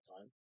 time